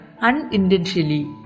unintentionally